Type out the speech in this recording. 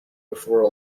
before